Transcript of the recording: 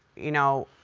you know,